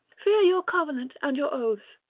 fear your covenant and your oaths,